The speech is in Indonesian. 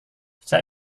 saya